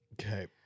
Okay